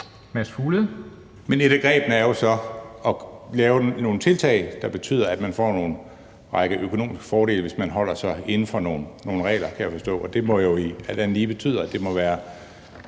et af grebene er jo så at lave nogle tiltag, der betyder, at man får en række økonomiske fordele, hvis man holder sig inden for nogle regler, kan jeg forstå. Det må jo alt andet lige betyde, at det vil være